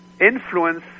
influence